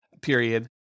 period